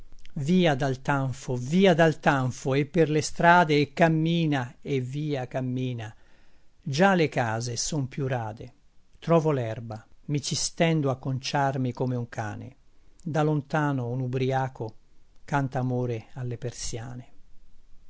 via dal tanfo via dal tanfo e per le strade e cammina e via cammina già le case son più rade trovo l'erba mi ci stendo a conciarmi come un cane da lontano un ubriaco canta amore alle persiane